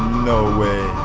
no way!